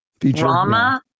drama